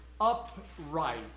upright